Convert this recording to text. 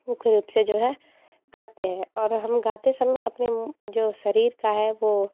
मुख्य रूप से जो है करते हैं और हम गाते समय अपने जो शरीर का है वो